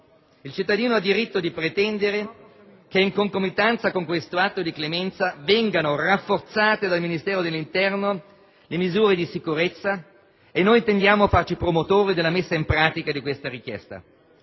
Il cittadino ha diritto di pretendere che, in concomitanza con questo atto di clemenza, vengano rafforzate dal Ministero dell'interno le misure di sicurezza e noi intendiamo farci promotori della messa in pratica di questa richiesta.